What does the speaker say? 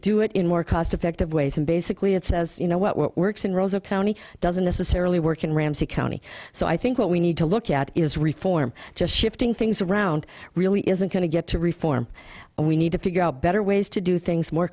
do it in more cost effective ways and basically it says you know what works in rosa county doesn't necessarily work in ramsey county so i think what we need to look at is reform just shifting things around really isn't going to get to reform and we need to figure out better ways to do things more